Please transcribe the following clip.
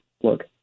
Look